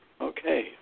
Okay